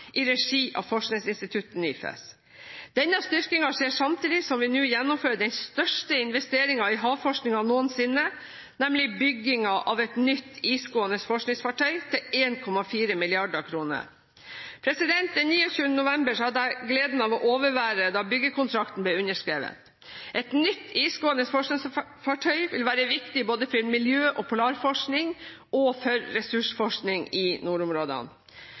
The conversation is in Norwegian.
i regi av forskningsinstituttet NIFES. Denne styrkingen skjer samtidig som vi nå gjennomfører den største investeringen i havforskning noensinne, nemlig byggingen av et nytt, isgående forskningsfartøy til 1,4 mrd. kr. Den 29. november hadde jeg gleden av å overvære at byggekontrakten ble underskrevet. Et nytt isgående forskningsfartøy vil være viktig både for miljø- og polarforskning og for ressursforskning i nordområdene.